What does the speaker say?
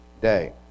day